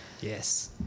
Yes